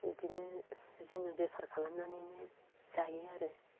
इदिनो जोङो बेफार खालामनानैनो जायो आरो